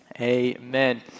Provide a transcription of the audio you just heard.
amen